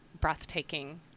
breathtaking